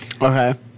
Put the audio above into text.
Okay